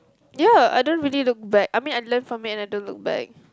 ya I don't really look back I mean I learn from it and I don't look back